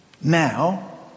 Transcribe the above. Now